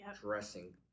dressing